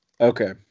Okay